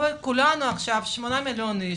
בואו כולנו עכשיו שמונה מיליון איש,